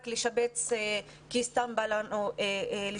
רק לשבץ כי סתם בא לנו לשבץ.